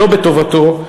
שלא בטובתו,